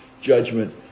judgment